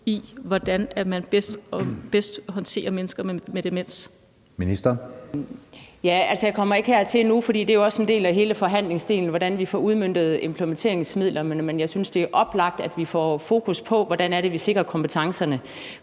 Ældreministeren (Mette Kierkgaard): Altså, det kommer jeg ikke til nu, for det er jo også en del af hele forhandlingsdelen, hvordan vi får udmøntet implementeringsmidler. Men jeg synes, det er oplagt, at vi får fokus på, hvordan vi sikrer kompetencerne.